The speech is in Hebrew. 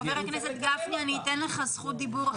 חבר הכנסת גפני, אני אתן לך זכות דיבור.